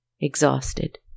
exhausted